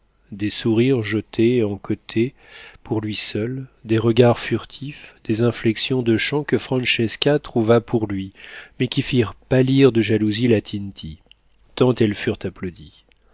des sourires jetés en côté pour lui seul des regards furtifs des inflexions de chant que francesca trouva pour lui mais qui firent pâlir de jalousie la tinti tant elles furent applaudies